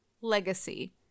Legacy